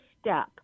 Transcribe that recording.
step